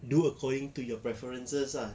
do according to your preferences ah